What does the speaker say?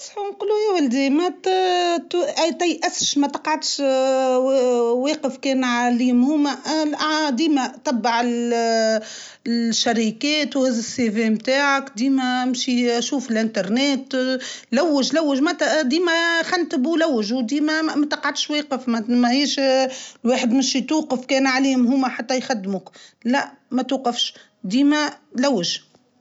حضر سڤي متعكا وما تيأسش متيأسش تبع الانترنت ثم برشة باجات فيها مراوعة يحبوا على الخدامة ويحبوا وتي يديمر على السيڤي لازم يكون متكامل للي خدمته الكل واللي عملته في حياتك الكل موجود فيه وراو ما تيأسش متيأسش تبع تبع تبع هوكا ثم الوظائف مختلفة زادا.